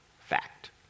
Fact